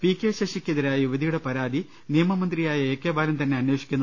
P K ശശിക്കെതിരായ യുവതിയുടെ പരാതി നിയ മമന്ത്രിയായ എ കെ ബാലൻ തന്നെ അന്വേഷിക്കുന്നത്